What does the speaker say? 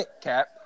Cap